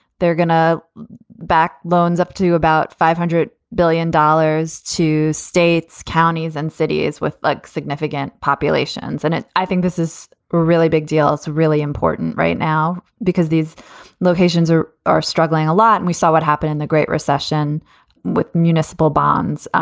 they're going to back loans up to about five hundred billion dollars to states, counties and cities with like significant populations. and i think this is a really big deal. it's really important right now because these locations are are struggling a lot. and we saw it happen in the great recession with municipal bonds.